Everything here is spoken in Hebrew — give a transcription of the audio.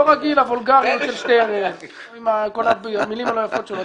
לא רגיל לוולגריות של שטרן עם כל המילים היפות שלו.